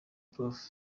prof